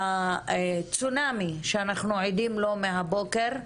הצונאמי שאנחנו עדים לו מהבוקר,